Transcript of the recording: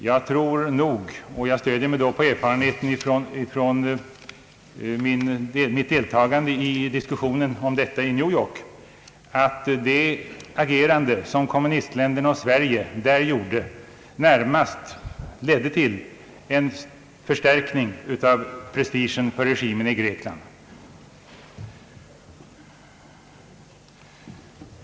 Jag tror nog, och jag stöder mig då på erfarenheter från mitt deltagande i diskussionen om detta i New York, att kommunistländernas och Sveriges agerande i detta fall närmast ledde till en förstärkning av den grekiska regimens prestige.